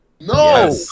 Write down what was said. No